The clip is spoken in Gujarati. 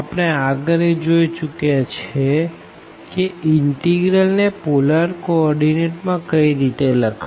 આપણે આગળ એ જોઈ ચુક્યા છે કે ઇનટીગ્રલ ને પોલર કો ઓર્ડીનેટ માં કઈ રીતે લખાય